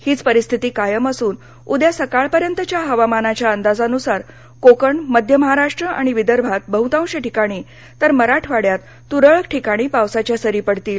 हीच परिस्थिती कायम असून उद्या सकाळपर्यंतच्याहवामानाच्या अंदाजानुसार कोकण मध्य महाराष्ट्र आणि विदर्भात बहुतांश ठिकाणी तरमराठवाड्यात तुरळक ठिकाणी पावसाच्या सरी पडतील